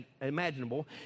imaginable